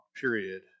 period